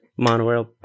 monorail